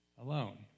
alone